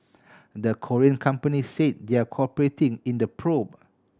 the Korean companies say they're cooperating in the probe